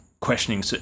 questioning